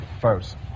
first